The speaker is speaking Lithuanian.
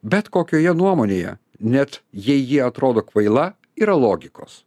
bet kokioje nuomonėje net jei ji atrodo kvaila yra logikos